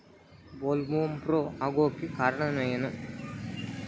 Bollworm ಆಗೋಕೆ ಕಾರಣ ಏನು?